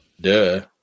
Duh